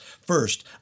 First